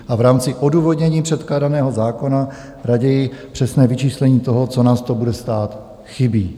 A v rámci odůvodnění předkládaného zákona raději přesné vyčíslení toho, co nás to bude stát, chybí.